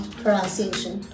pronunciation